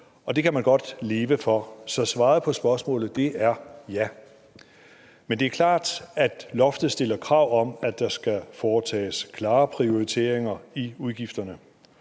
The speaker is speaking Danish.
og det kan man godt leve for, så svaret på spørgsmålet er: Ja. Men det er klart, at loftet stiller krav om, at der skal foretages klare prioriteringer i udgifterne.